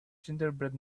gingerbread